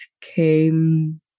came